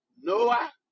Noah